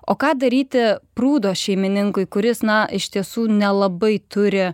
o ką daryti prūdo šeimininkui kuris na iš tiesų nelabai turi